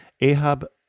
Ahab